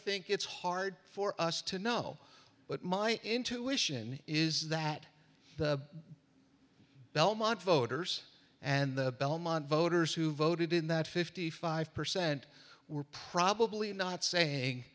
think it's hard for us to know but my intuition is that the belmont voters and the belmont voters who voted in that fifty five percent were probably not saying